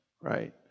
right